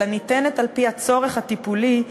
אלא ניתנת על-פי הצורך הטיפולי,